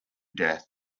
death